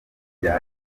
bya